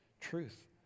truth